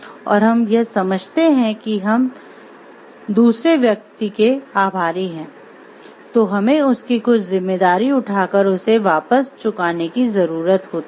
और हम समझते हैं कि हम दूसरे व्यक्ति के आभारी हैं तो हमें उसकी कुछ जिम्मेदारी उठाकर उसे वापस चुकाने की जरूरत होती है